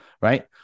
Right